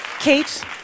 Kate